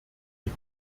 die